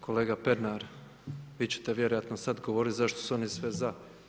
Kolega Pernar, vi ćete vjerojatno sad govoriti zašto su oni svi za.